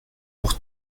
pour